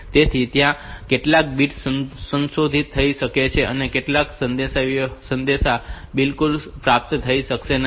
તેથી ત્યાં કેટલાક બીટ્સ સંશોધિત થઈ શકે છે અને કેટલાક સંદેશા બિલકુલ પ્રાપ્ત થઈ શકશે નહીં